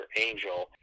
Angel